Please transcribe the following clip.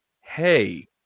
hey